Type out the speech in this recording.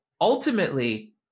ultimately